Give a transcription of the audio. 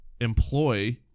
employ